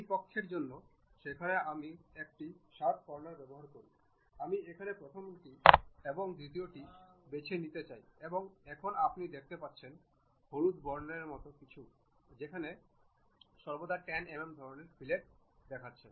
এই পক্ষের জন্য সেখানে আমি একটি শার্প কর্নার ব্যবহার করি আমি এখানে প্রথমটি এবং দ্বিতীয়টি বেছে নিতে চাই এবং এখন আপনি দেখতে পাচ্ছেন হলুদ বর্ণের মতো কিছু যেখানে ব্যাসার্ধটি 10 mm ধরণের ফিলেট দেখাচ্ছে